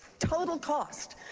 total cost.